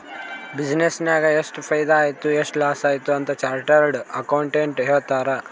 business ನಾಗ್ ಎಷ್ಟ ಫೈದಾ ಆಯ್ತು ಎಷ್ಟ ಲಾಸ್ ಆಯ್ತು ಅಂತ್ ಚಾರ್ಟರ್ಡ್ ಅಕೌಂಟೆಂಟ್ ಹೇಳ್ತಾರ್